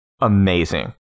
amazing